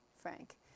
Frank